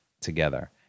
together